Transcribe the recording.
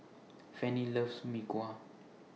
Fanny loves Mee Kuah